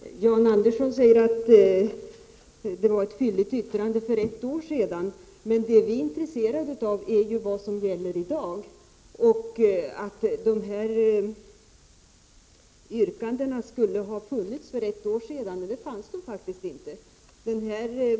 Herr talman! Jan Andersson säger att det avgavs ett fylligt yttrande för ett år sedan. Men det vi är intresserade av är ju vad som gäller i dag. Att yrkandena skulle ha funnits för ett år sedan är faktiskt inte riktigt.